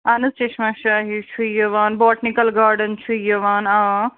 اَہَن حظ چشمہٕ شاہی چھُ یِوان بوٹنِکَل گارڈَن چھُ یِوان آ